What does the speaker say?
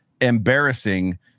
embarrassing